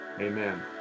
amen